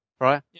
right